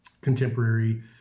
contemporary